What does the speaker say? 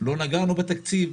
לא נגענו בתקציב,